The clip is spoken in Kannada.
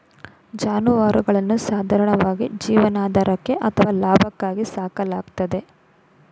ಜಾನುವಾರುಗಳನ್ನು ಸಾಧಾರಣವಾಗಿ ಜೀವನಾಧಾರಕ್ಕೆ ಅಥವಾ ಲಾಭಕ್ಕಾಗಿ ಸಾಕಲಾಗ್ತದೆ